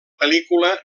pel·lícula